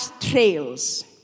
trails